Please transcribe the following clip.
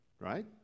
Right